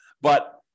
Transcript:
But-